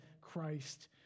Christ